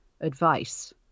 advice